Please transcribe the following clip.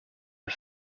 our